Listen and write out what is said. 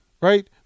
Right